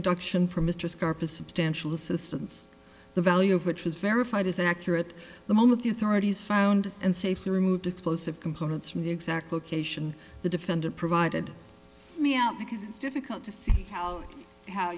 scarpa substantial assistance the value of which was verified as accurate the moment the authorities found and safely removed explosive components from the exact location the defendant provided me out because it's difficult to see how how